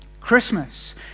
Christmas